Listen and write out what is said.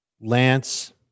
Lance